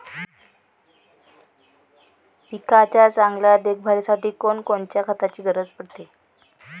पिकाच्या चांगल्या देखभालीसाठी कोनकोनच्या खताची गरज पडते?